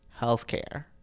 healthcare